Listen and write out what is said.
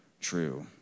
true